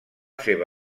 seva